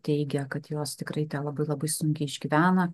teigia kad jos tikrai tą labai labai sunkiai išgyvena